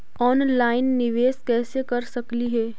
Online निबेस कैसे कर सकली हे?